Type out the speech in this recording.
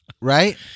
right